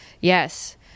yes